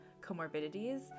comorbidities